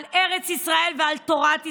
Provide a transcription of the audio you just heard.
על ארץ ישראל ועל תורת ישראל,